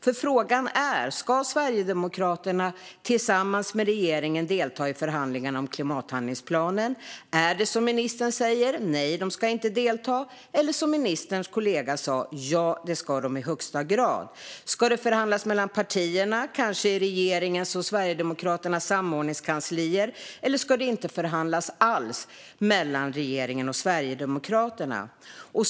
Frågan är alltså: Ska Sverigedemokraterna tillsammans med regeringen delta i förhandlingarna om klimathandlingsplanen? Är det som ministern säger - nej, de ska inte delta - eller som ministerns kollega sa - ja, det ska de i högsta grad? Ska det förhandlas mellan partierna, kanske i regeringens och Sverigedemokraternas samordningskanslier, eller ska det inte förhandlas alls mellan regeringen och Sverigedemokraterna?